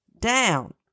down